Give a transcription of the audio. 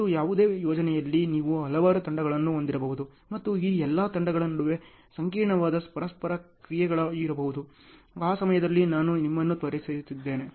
ಮತ್ತು ಯಾವುದೇ ಯೋಜನೆಯಲ್ಲಿ ನೀವು ಹಲವಾರು ತಂಡಗಳನ್ನು ಹೊಂದಿರಬಹುದು ಮತ್ತು ಈ ಎಲ್ಲಾ ತಂಡಗಳ ನಡುವೆ ಸಂಕೀರ್ಣವಾದ ಪರಸ್ಪರ ಕ್ರಿಯೆಗಳು ಇರಬಹುದು ಆ ಸಮಯದಲ್ಲಿ ನಾನು ನಿಮ್ಮನ್ನು ಪರಿಚಯಿಸಿದ್ದೇನೆ